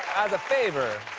as a favor,